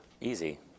Easy